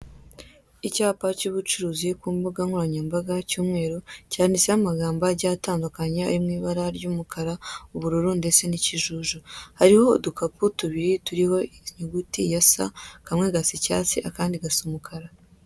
Icyapa cy'ubucuruzi ku mbugankoranyambaga cy'umweru, cyanditseho amagambo agiye atandukanye ari mu ibara : ry'umukara, ubururu ndetse n'ikijuju; hariho udukapu tubiri turiho inyuguti ya ''sa'', kamwe gasa icyatsi akandi gasa umukara.